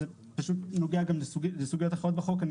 זה פשוט נוגע גם לסוגי תחרויות בחוק ואני